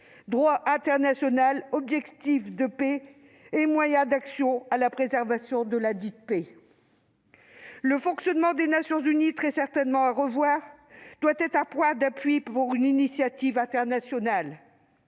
droit international, objectif de paix et moyens d'action dédiés à la préservation de ladite paix. Le fonctionnement des Nations unies, très certainement à revoir, doit être un point d'appui pour une initiative internationale.